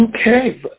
Okay